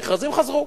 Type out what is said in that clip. המכרזים חזרו